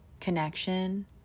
Connection